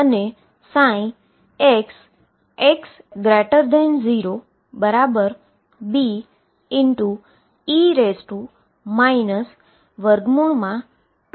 જે bound condition છે